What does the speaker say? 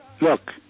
Look